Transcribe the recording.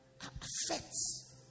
affects